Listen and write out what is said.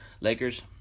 Lakers